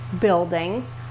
buildings